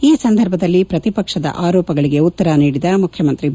ಈ ಸಂದರ್ಭದಲ್ಲಿ ಪ್ರತಿಪಕ್ಷದ ಆರೋಪಗಳಿಗೆ ಉತ್ತರ ನೀಡಿದ ಮುಖ್ಚಮಂತ್ರಿ ಬಿ